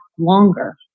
longer